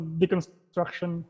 deconstruction